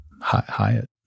Hyatt